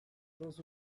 those